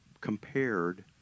compared